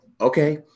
okay